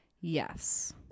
yes